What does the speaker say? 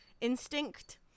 Instinct